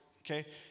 okay